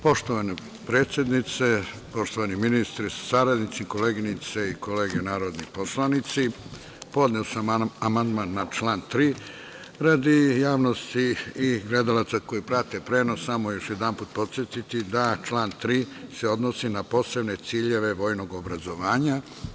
Poštovana predsednice, poštovani ministre sa saradnicima, koleginice i kolege narodni poslanici, podneo sam amandman na član 3. Radi javnosti i gledalaca koji prate prenos samo ću još jednom podsetiti da član 3. se odnosi na posebne ciljeve vojnog obrazovanja.